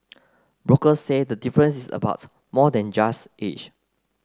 brokers say the difference is about more than just age